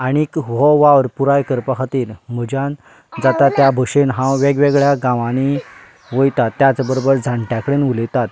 आनी हो वावर पुराय करपा खातीर म्हज्यान जाता ते भाशेन हांव वेगवेगळ्यां गांवांनी वयतात त्याच बरोबर जाणट्यां कडेन उलयतात